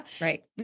right